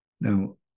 Now